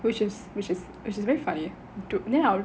which is which is which is very funny ah then I will just